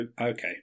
okay